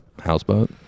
houseboat